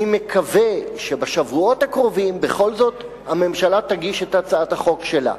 אני מקווה שבשבועות הקרובים בכל זאת הממשלה תגיש את הצעת החוק שלה.